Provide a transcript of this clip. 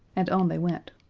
and on they went.